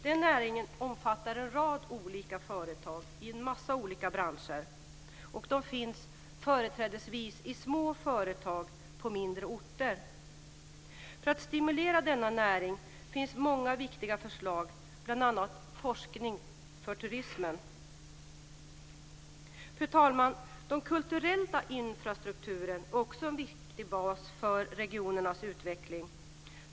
Den näringen omfattar en rad olika företag i en massa olika branscher - företrädesvis i små företag på mindre orter. För att stimulera denna näring finns många viktiga förslag, bl.a. om forskning gällande turismen. Fru talman! Den kulturella infrastrukturen är också en viktig bas för regionernas utveckling.